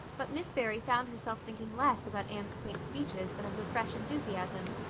but miss barry found herself thinking less about anne's quaint speeches than of her fresh enthusiasms,